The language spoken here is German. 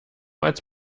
als